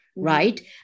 right